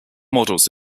models